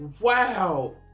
Wow